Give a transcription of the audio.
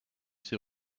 c’est